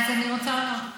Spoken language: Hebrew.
אז אני רוצה לומר לך,